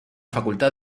facultad